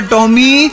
Tommy